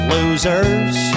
Losers